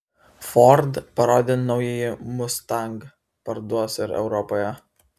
ford parodė naująjį mustang parduos ir europoje